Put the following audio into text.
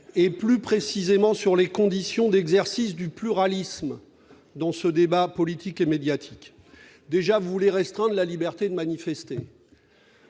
plus précisément sur les conditions d'exercice du pluralisme dans ce débat politique et médiatique. Déjà, vous voulez restreindre la liberté de manifester.